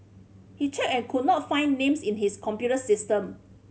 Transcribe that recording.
he checked and could not find names in his computer system